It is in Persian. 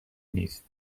نیست